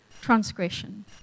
transgression